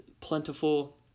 plentiful